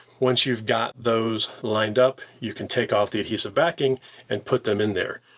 once you've got those lined up, you can take off the adhesive backing and put them in there.